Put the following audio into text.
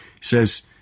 says